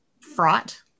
fraught